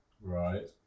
Right